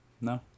No